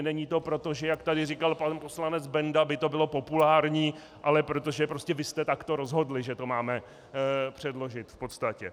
Není to proto, jak tady říkal pan poslanec Benda, že by to bylo populární, ale protože prostě vy jste takto rozhodli, že to máme předložit, v podstatě.